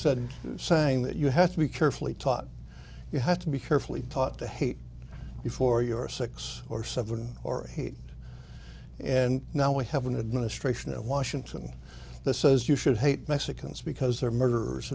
said saying that you have to be carefully taught you have to be carefully taught to hate you for your six or seven or eight and now we have an administration that washington the says you should hate mexicans because they're murderers